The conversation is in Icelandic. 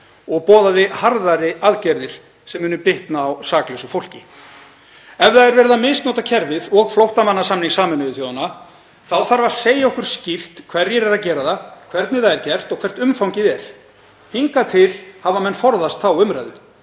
og boðaði harðari aðgerðir sem munu bitna á saklausu fólki. Ef verið er að misnota kerfið og flóttamannasamning Sameinuðu þjóðanna þá þarf að segja okkur skýrt hverjir eru að gera það, hvernig það er gert og hvert umfangið er. Hingað til hafa menn forðast þá umræðu.